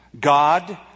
God